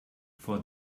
for